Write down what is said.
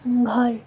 घर